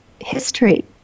history